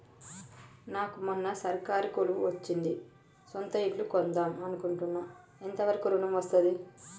నాకు మొన్న సర్కారీ కొలువు వచ్చింది సొంత ఇల్లు కొన్దాం అనుకుంటున్నా ఎంత వరకు ఋణం వస్తది?